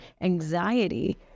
anxiety